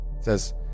says